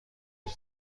بود